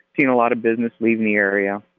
seen a lot of business leaving the area,